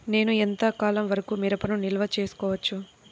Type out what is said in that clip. నేను ఎంత కాలం వరకు మిరపను నిల్వ చేసుకోవచ్చు?